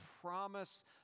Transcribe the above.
promise